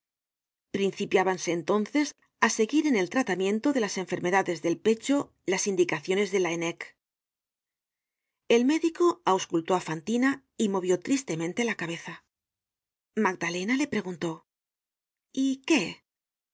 tantos años principiábanse entonces á seguir en el tratamiento de las enfermedades del pecho las indicaciones de lagnnec el médico auscultó á fantina y movió tristemente la cabeza content from google book search generated at magdalena le preguntó y qué